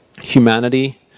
Humanity